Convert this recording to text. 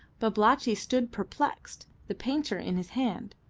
babalatchi stood perplexed, the painter in his hand.